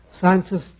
Scientists